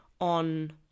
on